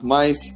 Mas